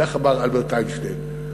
כך אמר אלברט איינשטיין.